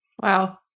Wow